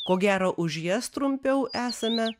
ko gero už jas trumpiau esame